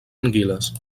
anguiles